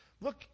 Look